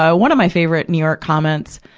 ah one of my favorite new york comments,